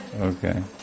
Okay